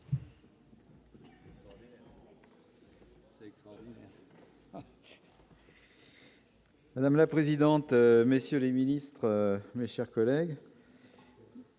Madame la présidente, messieurs les ministres, mes chers collègues.